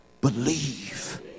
believe